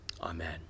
Amen